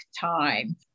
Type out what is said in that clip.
time